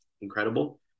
incredible